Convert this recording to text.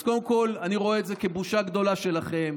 אז קודם כול אני רואה את זה כבושה גדולה שלכם.